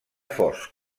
fosc